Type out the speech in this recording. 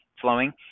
flowing